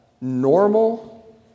normal